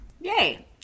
yay